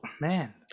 Man